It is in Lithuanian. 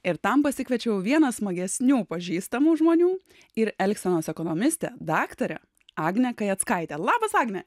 ir tam pasikviečiau vieną smagesnių pažįstamų žmonių ir elgsenos ekonomistė daktarė agnė kajackaitė labas agne